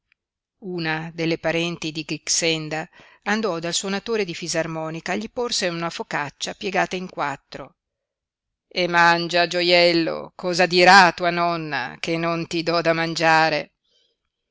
una delle parenti di grixenda andò dal suonatore di fisarmonica e gli porse una focaccia piegata in quattro e mangia gioiello cosa dirà tua nonna che non ti do da mangiare